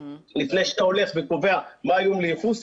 לפני שאתה הולך וקובע מה האיום לייחוס,